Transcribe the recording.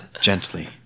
Gently